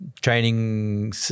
training